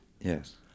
Yes